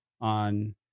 on